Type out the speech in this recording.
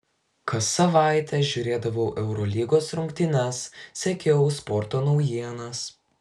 kas savaitę žiūrėdavau eurolygos rungtynes sekiau sporto naujienas